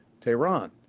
Tehran